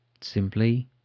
Simply